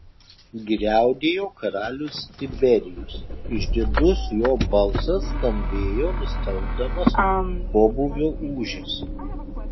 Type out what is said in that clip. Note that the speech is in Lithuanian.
griaudėjo karalius tiberijus išdidus jo balsas skambėjo nustelbdamas pobūvio ūžesį